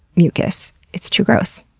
mucus. it's too gross.